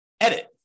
edit